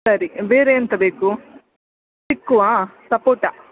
ಸರಿ ಬೇರೆ ಎಂತ ಬೇಕು ಚಿಕ್ಕುವಾ ಸಪೋಟ